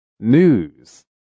news